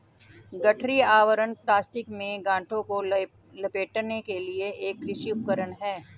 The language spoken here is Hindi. गठरी आवरण प्लास्टिक में गांठों को लपेटने के लिए एक कृषि उपकरण है